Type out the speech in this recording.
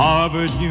Harvard